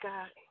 God